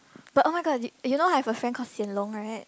but oh-my-god you you know I have a friend called Hsien-Loong right